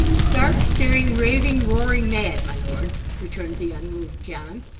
stark, staring, raving, roaring mad, my lord returned the unmoved john.